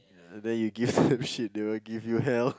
then you give them shit they will give you hell